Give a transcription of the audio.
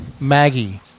Maggie